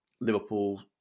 Liverpool